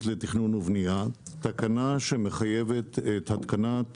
לתכנון ובנייה תקנה שמחייבת התקנת